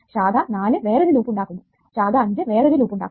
ശാഖ 4 വേറൊരു ലൂപ്പ് ഉണ്ടാക്കുന്നു ശാഖ 5 വേറൊരു ലൂപ്പ് ഉണ്ടാക്കുന്നു